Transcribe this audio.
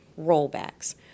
rollbacks